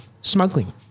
smuggling